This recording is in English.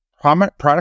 Product